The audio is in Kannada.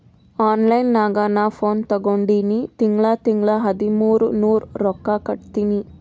ಆನ್ಲೈನ್ ನಾಗ್ ನಾ ಫೋನ್ ತಗೊಂಡಿನಿ ತಿಂಗಳಾ ತಿಂಗಳಾ ಹದಿಮೂರ್ ನೂರ್ ರೊಕ್ಕಾ ಕಟ್ಟತ್ತಿನಿ